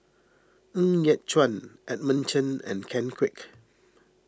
Ng Yat Chuan Edmund Chen and Ken Kwek